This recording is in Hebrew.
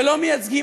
ולא מייצגים,